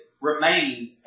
remained